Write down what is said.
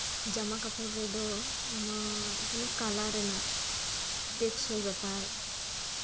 ᱡᱟᱢᱟᱼᱠᱟᱯᱚᱲ ᱨᱮᱫᱚ ᱟᱢᱟᱜ ᱮᱠᱮᱱ ᱠᱟᱞᱟᱨ ᱨᱮᱱᱟᱜ ᱴᱮᱠᱥᱚᱭ ᱵᱮᱯᱟᱨ